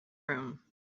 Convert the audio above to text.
room